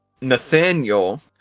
Nathaniel